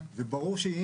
אנחנו בסופו של דבר